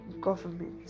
government